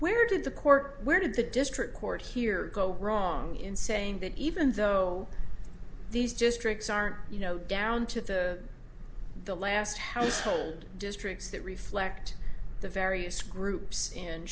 where did the court where did the district court here go wrong in saying that even though these just tricks aren't you know down to the the last household districts that reflect the various groups in